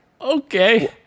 okay